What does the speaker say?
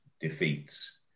defeats